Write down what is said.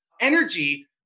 energy